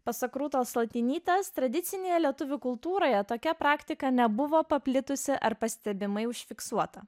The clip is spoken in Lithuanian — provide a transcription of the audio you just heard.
pasak rūtos latinytės tradicinėje lietuvių kultūroje tokia praktika nebuvo paplitusi ar pastebimai užfiksuota